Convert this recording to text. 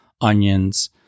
onions